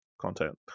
content